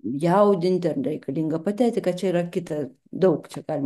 jaudinti ar reikalinga patetika čia yra kita daug čia galima